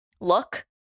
look